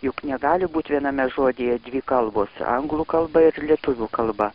juk negali būti viename žodyje dvi kalbos anglų kalba ir lietuvių kalba